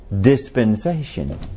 dispensation